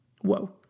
Whoa